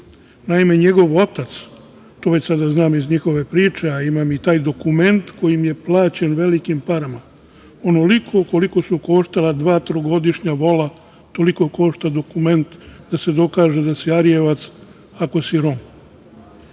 Naime, njegov otac, to već sada znam iz njihove priče, a imam i taj dokument koji je plaćen velikim parama, onoliko koliko su koštala dva trogodišnja vola toliko košta dokument da se dokaže da si Arijevac ako si Rom.